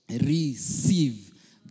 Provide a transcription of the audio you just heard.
receive